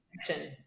section